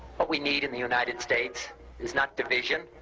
what we need in the united states is not division,